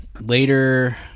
later